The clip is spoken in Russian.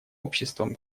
обществом